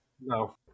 no